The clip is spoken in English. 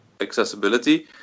accessibility